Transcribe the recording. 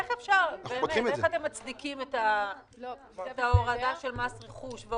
איך אתם מצדיקים את ההורדה של מס רכוש,